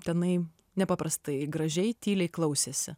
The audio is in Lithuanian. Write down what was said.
tenai nepaprastai gražiai tyliai klausėsi